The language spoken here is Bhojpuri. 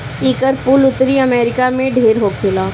एकर फूल उत्तरी अमेरिका में ढेर होखेला